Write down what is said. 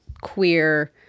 queer